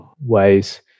ways